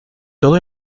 todo